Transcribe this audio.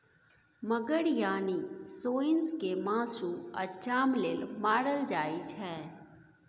मगर यानी सोंइस केँ मासु आ चाम लेल मारल जाइ छै